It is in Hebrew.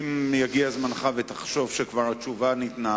אם יגיע זמנך ותחשוב שהתשובה כבר ניתנה,